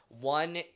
one